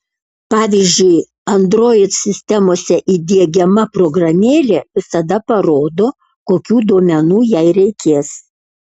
pavyzdžiui android sistemose įdiegiama programėlė visada parodo kokių duomenų jai reikės